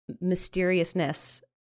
mysteriousness